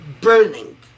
burning